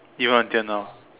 even until now